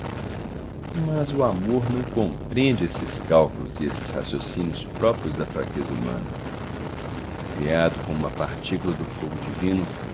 mas o amor não compreende esses cálculos e esses raciocínios próprios da fraqueza humana criado com uma partícula do fogo divino